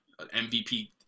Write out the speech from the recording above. MVP